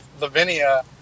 Lavinia